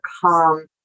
calm